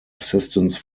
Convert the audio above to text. assistance